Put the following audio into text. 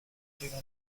arriva